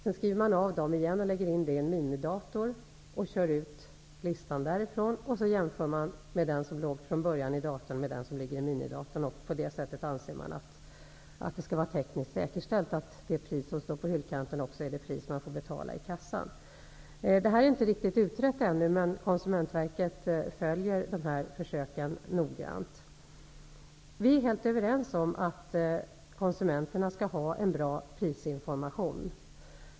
Därefter lägger man in priserna på hyllkanten i en minidator, som man kör ut en ny lista därifrån. Därefter jämför man de båda listorna med varandra. Därmed skulle det vara säkerställt att det pris som står på hyllkanten också är det pris som man får betala i kassan. Detta är ännu inte riktigt utrett, men Konsumentverket följer noggrant dessa försök. Vi är helt överens om att konsumenterna skall ha en bra prisinformation.